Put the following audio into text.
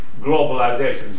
globalization